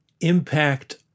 impact